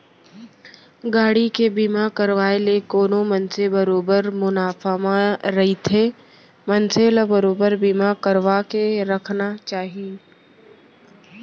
गाड़ी के बीमा करवाय ले कोनो मनसे बरोबर मुनाफा म रहिथे मनसे ल बरोबर बीमा करवाके रखना चाही